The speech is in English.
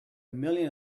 million